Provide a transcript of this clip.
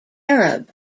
arab